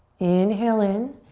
inhale in.